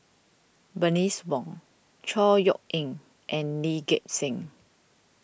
Bernice Wong Chor Yeok Eng and Lee Gek Seng